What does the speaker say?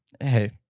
Hey